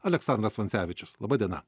aleksandras vancevičius laba diena